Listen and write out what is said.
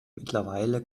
mittlerweile